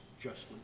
justly